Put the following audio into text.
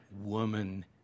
woman